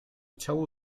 ciało